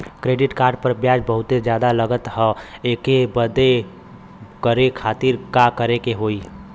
Credit card पर ब्याज बहुते ज्यादा लगत ह एके बंद करे खातिर का करे के होई?